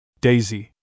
Daisy